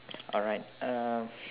alright uh